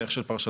בדרך של פרשנות,